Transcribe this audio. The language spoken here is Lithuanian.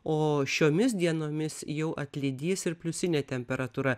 o šiomis dienomis jau atlydys ir pliusinė temperatūra